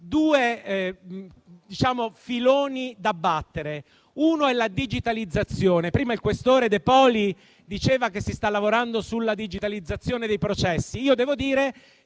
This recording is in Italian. due filoni da battere ed uno è la digitalizzazione. Prima il questore De Poli diceva che si sta lavorando sulla digitalizzazione dei processi. Devo dire